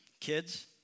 Kids